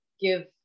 give